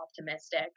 optimistic